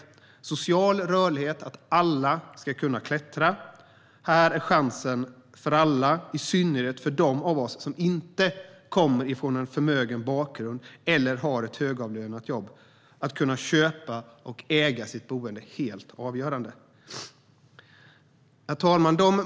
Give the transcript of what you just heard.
När det gäller social rörlighet, att alla ska kunna klättra, är möjligheten att köpa och äga sitt boende helt avgörande. Det gäller för alla men i synnerhet för oss som inte kommer från en förmögen bakgrund eller har ett högavlönat jobb.